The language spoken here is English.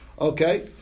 okay